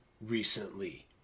recently